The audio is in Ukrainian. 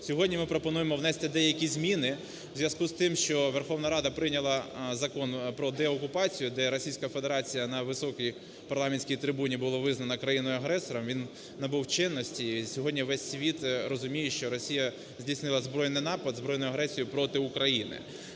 Сьогодні ми пропонуємо внести деякі зміни в зв'язку з тим, що Верховна Рада прийняла Закон про деокупацію, де Російська Федерація на високій парламентській трибуні була визнана країною-агресором, він набув чинності. І сьогодні весь світ розуміє, що Росія здійснила збройний напад, збройну агресію проти України.